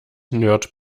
nerd